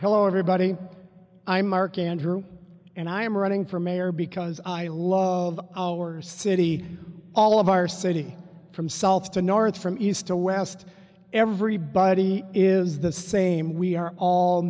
hello everybody i'm marking on her and i am running for mayor because i love our city all of our city from south to north from east to west everybody is the same we are all